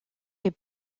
les